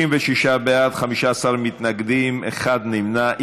36 בעד, 15 מתנגדים, אחד נמנע.